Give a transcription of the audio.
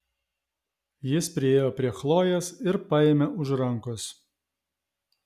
jis priėjo prie chlojės ir paėmė už rankos